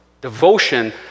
Devotion